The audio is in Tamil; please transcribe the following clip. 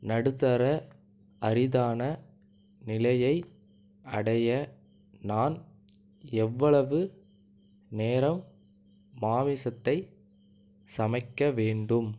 நடுத்தர அரிதான நிலையை அடைய நான் எவ்வளவு நேரம் மாமிசத்தை சமைக்க வேண்டும்